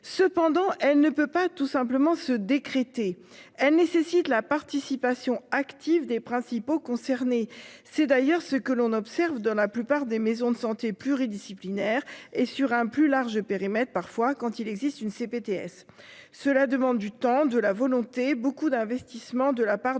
Cependant, elle ne peut pas tout simplement se décréter elle nécessite la participation active des principaux concernés. C'est d'ailleurs ce que l'on observe dans la plupart des maisons de santé pluridisciplinaires et sur un plus large périmètre parfois quand il existe une CPTS cela demande du temps, de la volonté beaucoup d'investissement de la part